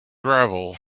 gravel